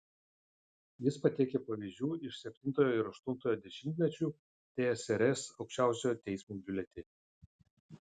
jis pateikia pavyzdžių iš septintojo ir aštuntojo dešimtmečių tsrs aukščiausiojo teismo biuletenių